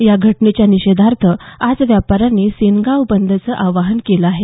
या घटनेच्या निषेधार्थ आज व्यापाऱ्यांनी सेनगांव बंदचं आवाहन केलं आहे